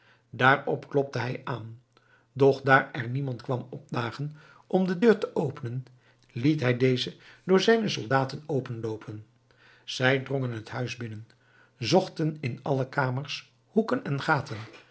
daarop klopte hij aan doch daar er niemand kwam opdagen om de deur te openen liet hij deze door zijne soldaten openloopen zij drongen het huis binnen zochten in alle kamers hoeken en gaten